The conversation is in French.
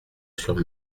sur